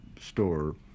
store